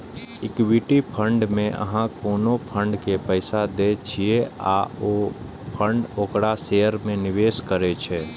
equity fund मे अहां कोनो फंड के पैसा दै छियै आ ओ फंड ओकरा शेयर मे निवेश करै छै